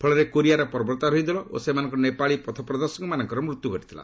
ଫଳରେ କୋରିଆର ପର୍ବତାରୋହୀ ଦଳ ଓ ସେମାନଙ୍କର ନେପାଳୀ ପଥପ୍ରଦର୍ଶକମାନଙ୍କର ମୃତ୍ୟୁ ଘଟିଥିଲା